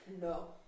No